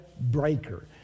breaker